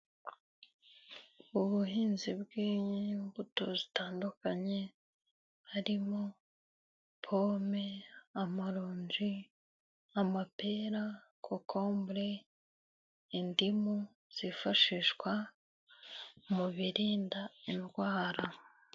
Ubuhinzi bw'imbuto zitandukanye, harimo pome, amaronji, amapera, kokombure, indimu zifashishwa mu birinda indwara.